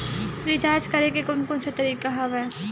Recharge करे के कोन कोन से तरीका हवय?